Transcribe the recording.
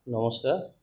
নমস্কাৰ